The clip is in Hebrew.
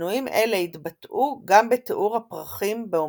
שינויים אלה התבטאו גם בתיאור הפרחים ב אומנות.